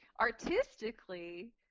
artistically